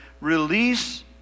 Release